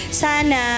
sana